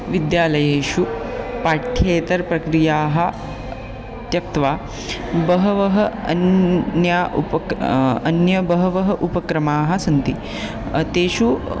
विद्यालयेषु पाठ्येतरप्रक्रियाः त्यक्त्वा बहवः अन्याः उप्क् अन्यः बहवः उपक्रमाः सन्ति तेषु